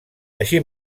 així